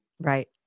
Right